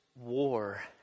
war